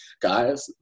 guys